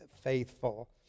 faithful